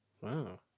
Wow